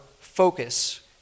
focus